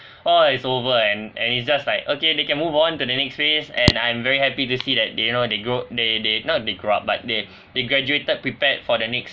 !wah! it's over and and it's just like okay they can move on to the next phase and I'm very happy to see that they you know they grow they they not they grow up but they they graduated prepared for the next